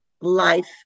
life